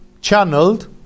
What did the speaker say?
channeled